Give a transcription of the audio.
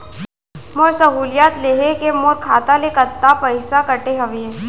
मोर सहुलियत लेहे के मोर खाता ले कतका पइसा कटे हवये?